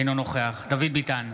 אינו נוכח דוד ביטן,